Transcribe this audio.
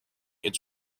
its